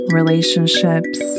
relationships